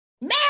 man